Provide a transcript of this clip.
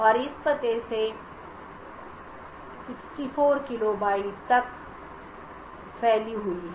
और इस पते से 64 किलोबाइट तक फैली हुई है